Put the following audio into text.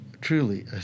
truly